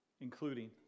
including